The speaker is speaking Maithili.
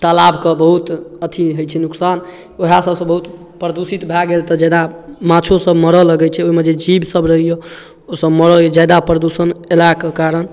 तालाबके बहुत अथी होइ छै नोकसान वएह सबसँ बहुत प्रदूषित भऽ गेल तऽ जेना माँछोसब मरऽ लगै छै ओहिमे जे जीव सब रहैए ओसब मरै हइ ज्यादा प्रदूषण अएलाके कारण